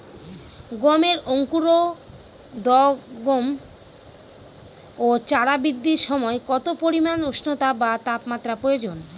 গমের অঙ্কুরোদগম ও চারা বৃদ্ধির সময় কত পরিমান উষ্ণতা বা তাপমাত্রা প্রয়োজন?